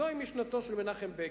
זוהי משנתו של מנחם בגין.